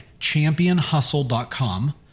championhustle.com